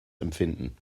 empfinden